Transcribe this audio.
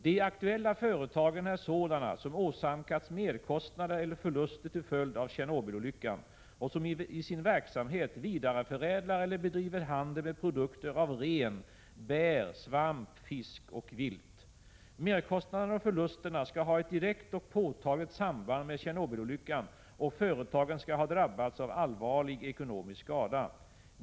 De aktuella företagen är sådana som åsamkats merkostnader eller förluster till följd av Tjernobylolyckan och som i sin verksamhet vidareförädlar eller bedriver handel med produkter av ren, bär, svamp, fisk och vilt. Merkostnaderna och förlusterna skall ha ett direkt och påtagligt samband med Tjernobylolyckan, och företagen skall ha drabbats av allvarlig ekonomisk skada.